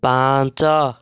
ପାଞ୍ଚ